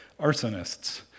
arsonists